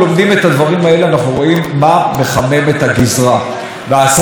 וההסתה שבאה מראש הממשלה היא אחת הסיבות לכך.